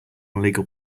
illegal